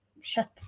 shut